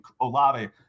Olave